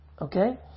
Okay